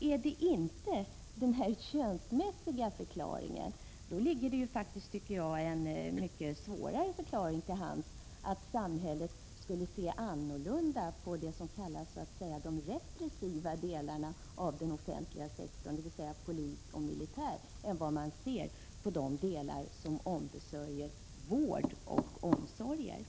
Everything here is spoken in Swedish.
Är det inte den könsmässiga förklaringen som ligger bakom denna skillnad, då måste förklaringen vara en annan och allvarligare, nämligen att samhället skulle se annorlunda på de yrkesområden inom den offentliga sektorn som jag skulle vilja kalla för repressiva, dvs. polisoch militäryrkena, än på de yrkesområden där vård och omsorg ingår.